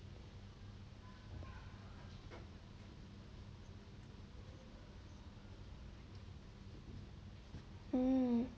mm